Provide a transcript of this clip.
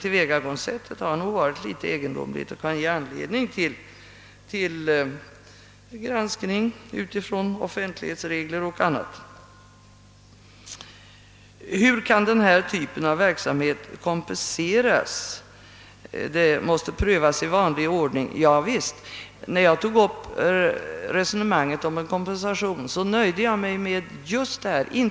Tillvägagångssättet har nog varit något egendomligt och kan ge anledning till en granskning med offentlighetsreglerna och annat som utgångspunkt. Herr statsrådet svarade på frågan, hur denna typ av verksamhet kan kompenseras, att detta måste prövas i vanlig ordning. Javisst, när jag tog upp resonemanget om en kompensation nöjde jag mig med just detta konstaterande.